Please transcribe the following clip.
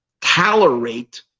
tolerate